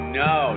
no